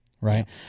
Right